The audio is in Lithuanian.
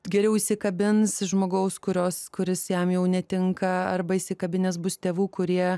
geriau įsikabins žmogaus kurios kuris jam jau netinka arba įsikabinęs bus tėvų kurie